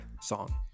song